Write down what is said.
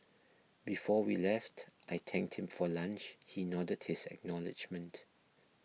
before we left I thanked him for lunch he nodded his acknowledgement